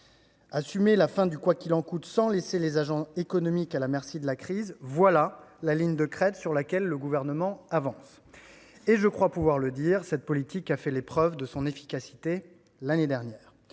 Assumer la fin du « quoi qu'il en coûte » sans laisser les agents économiques à la merci de la crise : voilà la ligne de crête sur laquelle le Gouvernement avance. Et je crois pouvoir le dire, cette politique a fait la preuve de son efficacité l'année dernière.